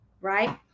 right